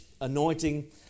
anointing